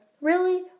Really